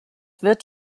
wird